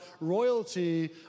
royalty